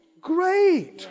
great